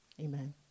Amen